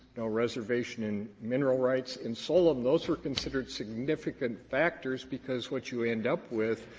no reservation in mineral rights. in solem those were considered significant factors because what you end up with